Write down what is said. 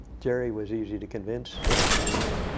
jerry was easy to convince on that.